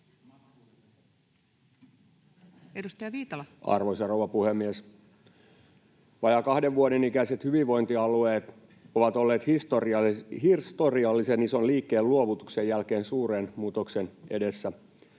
16:25 Content: Arvoisa rouva puhemies! Vajaan kahden vuoden ikäiset hyvinvointialueet ovat olleet historiallisen ison liikkeen luovutuksen jälkeen suuren muutoksen edessä.